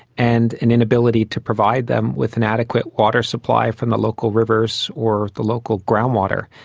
and an inability to provide them with an adequate water supply from the local rivers or the local groundwater.